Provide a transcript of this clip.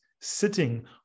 sitting